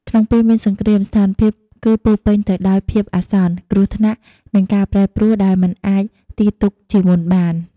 ក្នុងពេលមានសង្គ្រាម ស្ថានភាពគឺពោរពេញទៅដោយភាពអាសន្ន គ្រោះថ្នាក់ និងការប្រែប្រួលដែលមិនអាចទាយទុកជាមុនបាន។